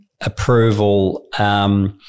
approval